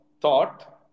thought